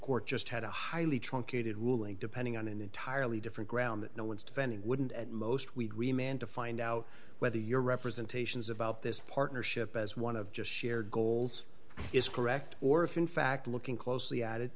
court just had a highly truncated ruling depending on an entirely different ground that no one's defending wouldn't most we remain to find out whether your representations about this partnership as one of just shared goals is correct or if in fact looking closely a